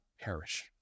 perish